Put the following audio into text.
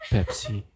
Pepsi